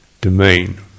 domain